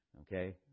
Okay